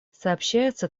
сообщается